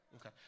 Okay